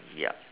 yup